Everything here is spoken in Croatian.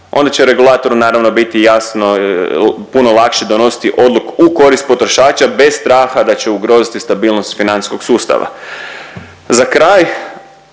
onda će regulatoru, naravno biti jasno, puno lakše donositi odluku u korist potrošača bez straha da će ugroziti stabilnost financijskog sustava. Za kraj